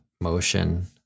motion